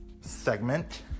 segment